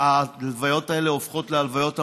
ההלוויות האלה הופכות להלוויות המוניות,